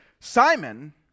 Simon